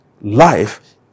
Life